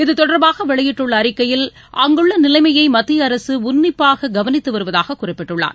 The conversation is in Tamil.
இத்தொடர்பாக வெளியிட்டுள்ள அறிக்கையில் அங்குள்ள நிலைமையை மத்திய அரசு உன்னிப்பாக கவனித்து வருவதாக குறிப்பிட்டுள்ளார்